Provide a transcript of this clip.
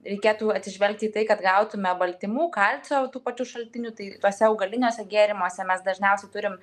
reikėtų atsižvelgt į tai kad gautume baltymų kalcio tų pačių šaltinių tai tuose augaliniuose gėrimuose mes dažniausiai turim